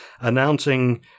announcing